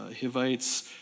Hivites